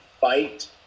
fight